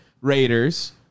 raiders